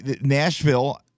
Nashville